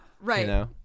Right